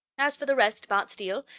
as for the rest bart steele,